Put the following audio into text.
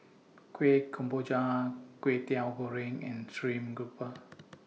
Kuih Kemboja Kway Teow Goreng and Stream Grouper